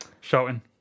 shouting